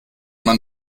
man